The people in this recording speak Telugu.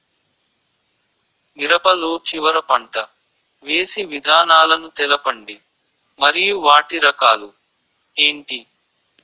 మిరప లో చివర పంట వేసి విధానాలను తెలపండి మరియు వాటి రకాలు ఏంటి